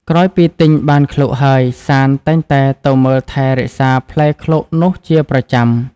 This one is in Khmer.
ក្រោយពីទិញបានឃ្លោកហើយសាន្តតែងតែទៅមកថែរក្សាផ្លែឃ្លោកនោះជាប្រចាំ។